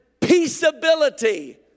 peaceability